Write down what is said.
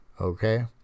Okay